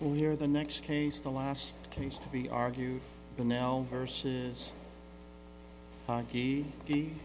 well here the next case the last case to be argued the now versus hockey